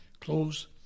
close